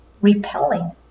repelling